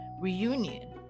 reunion